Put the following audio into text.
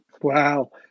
Wow